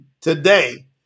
today